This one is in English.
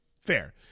Fair